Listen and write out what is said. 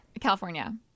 California